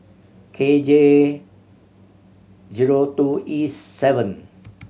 K J zero two E seven